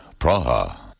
Praha